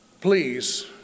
Please